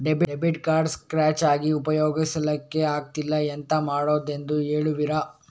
Debit card scratch ಆಗಿ ಉಪಯೋಗಿಸಲ್ಲಿಕ್ಕೆ ಆಗ್ತಿಲ್ಲ, ಎಂತ ಮಾಡುದೆಂದು ಹೇಳುವಿರಾ?